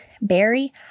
Barry